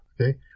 okay